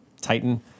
Titan